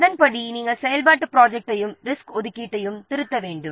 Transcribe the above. அதன்படி நாம் செயல்பாட்டுத் ப்ராஜெக்ட்டையும் ரிசோர்ஸ் ஒதுக்கீட்டையும் திருத்த வேண்டும்